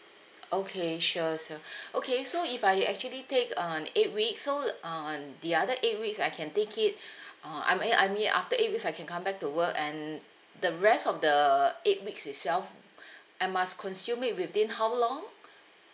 okay sure sure okay so if I actually take um eight weeks so um the other eight weeks I can take it uh I me~ I mean after eight weeks I can come back to work and the rest of the eight weeks itself I must consume it within how long